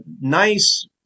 nice